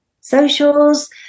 Socials